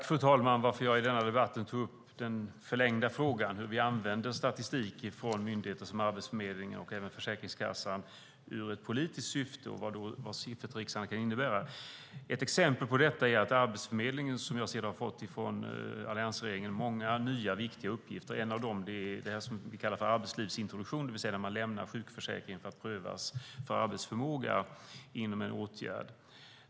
Fru talman! Jag tog i denna debatt upp den förlängda frågan om hur vi använder statistik från myndigheter som Arbetsförmedlingen och även Försäkringskassan med ett politiskt syfte samt vad siffertricksande kan innebära. Ett exempel på detta är att Arbetsförmedlingen har fått många nya viktiga uppgifter från alliansregeringen. En av dem är det vi kallar för arbetslivsintroduktion, det vill säga när man lämnar sjukförsäkringen för att prövas för arbetsförmåga inom en åtgärd.